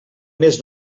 més